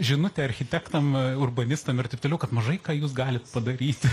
žinutė architektam urbanistam ir taip toliau kad mažai ką jūs galit padaryti